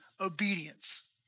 obedience